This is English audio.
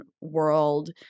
world